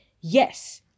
yes